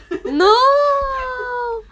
no